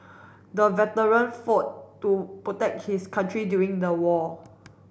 the veteran fought to protect his country during the war